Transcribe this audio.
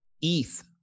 ETH